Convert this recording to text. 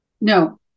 No